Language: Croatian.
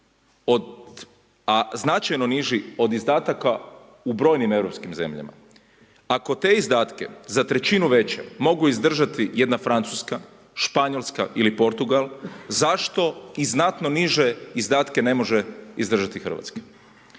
a značajno niži od izdataka u brojnim europskim zemljama. Ako te izdatke za trećinu veće mogu izdržati jedna Francuska, Španjolska ili Portugal, zašto i znatno niže izdatke ne može izdržati Hrvatska?